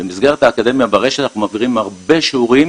במסגרת האקדמיה ברשת אנחנו מעבירים הרבה שיעורים